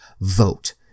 Vote